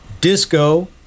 Disco